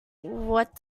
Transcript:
what